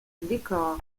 décor